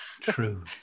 True